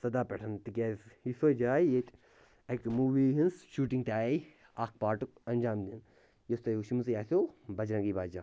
ژۄداہ پٮ۪ٹھ تِکیٛازِ یہِ چھِ سۄے جاے ییٚتہِ اَکہِ موٗوی ہنٛز شوٗٹِنٛگ تہِ آیہِ اَکھ پارٹُک انجام دِنہٕ یۄس تۄہہِ وُچھمٕژے آسیٚو بَجرَنگی بھایجان